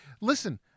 listen